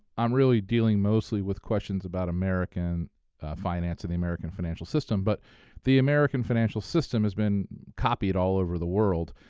i'm really dealing mostly with questions about american finance and the american financial system, but the american financial system has been copied all over the world,